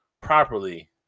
properly